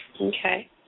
Okay